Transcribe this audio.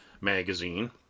magazine